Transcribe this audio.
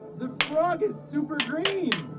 the frog is super green.